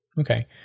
Okay